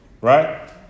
right